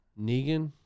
Negan